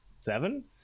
Seven